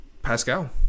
Pascal